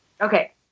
Okay